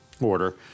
order